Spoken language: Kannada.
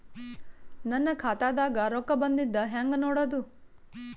ನನ್ನ ಖಾತಾದಾಗ ರೊಕ್ಕ ಬಂದಿದ್ದ ಹೆಂಗ್ ನೋಡದು?